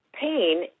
pain